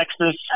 Texas